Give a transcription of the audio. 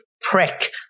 prick